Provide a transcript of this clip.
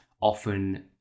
often